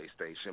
PlayStation